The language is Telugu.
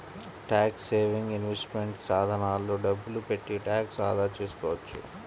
ట్యాక్స్ సేవింగ్ ఇన్వెస్ట్మెంట్ సాధనాల్లో డబ్బులు పెట్టి ట్యాక్స్ ఆదా చేసుకోవచ్చు